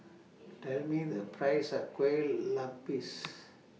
Tell Me The Price of Kueh Lupis